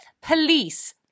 police